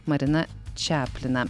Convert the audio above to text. marina čaplina